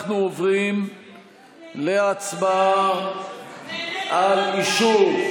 אנחנו עוברים להצבעה על אישור,